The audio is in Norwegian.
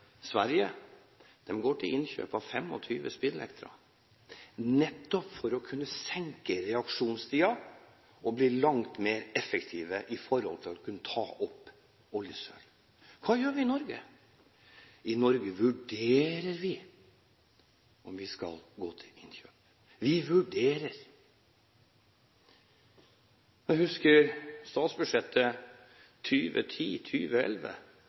Sverige går til innkjøp av 25 speedlektere, nettopp for å kunne senke reaksjonstiden og bli langt mer effektive når det gjelder å kunne ta opp oljesøl. Hva gjør vi i Norge? I Norge vurderer vi om vi skal gå til innkjøp. Vi vurderer. Jeg husker at jeg i forbindelse med statsbudsjettet